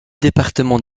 départements